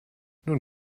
nun